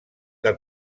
que